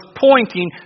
pointing